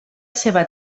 seva